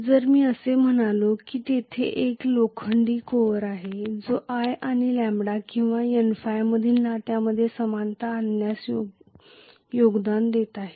जर मी असे म्हणालो की तेथे एक लोखंडी कोअर आहे जो i आणि λ किंवा Nϕ मधील नात्यामध्ये समानता आणण्यास योगदान देत आहे